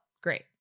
Great